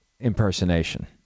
impersonation